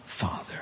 Father